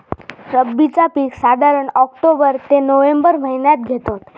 रब्बीचा पीक साधारण ऑक्टोबर ते नोव्हेंबर महिन्यात घेतत